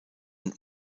und